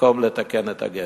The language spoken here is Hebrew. במקום לתקן את הגשר.